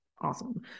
Awesome